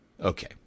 Okay